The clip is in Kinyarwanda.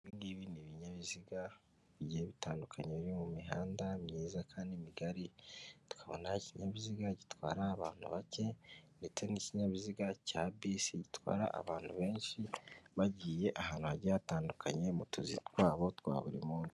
Ibi ngibi n'ibinyabiziga bigiye bitandukanye biri mu mihanda myiza kandi migari tukabona ikinyabiziga gitwara abantu bake ndetse n'ikinyabiziga cya bisi gitwara abantu benshi bagiye ahantu hajyiye hatandukanye mu tuzi twabo twa buri munsi.